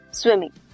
swimming